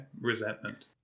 resentment